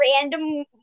random